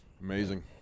amazing